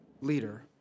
leader